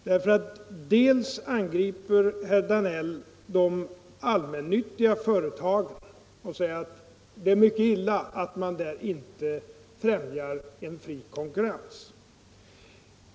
Herr Danell angriper de allmännyttiga företagen och säger att det är mycket illa att man där inte främjar en fri konkurrens.